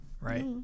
Right